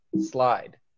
slide